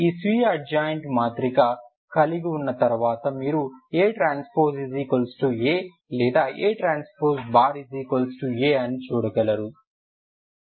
ఈ స్వీయ అడ్జాయింట్ మాత్రిక కలిగి ఉన్న తర్వాత మీరు ATA లేదా ATA అని చూడగలరు